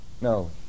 No